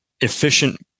efficient